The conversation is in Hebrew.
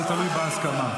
הכול תלוי בהסכמה.